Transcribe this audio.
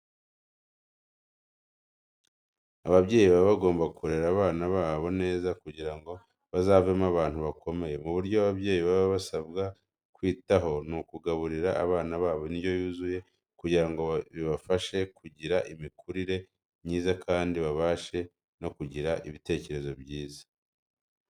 Ababyeyi baba bagomba kurera abana babo neza kugira ngo bazavemo abantu bakomeye. Mu byo ababyeyi baba basabwa kwitaho ni ukugaburira abana babo indyo yuzuye kugira ngo bibafashe kugira imikurire myiza kandi babashe no kugira ibitekerezo byiza.